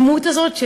הדמות הזאת,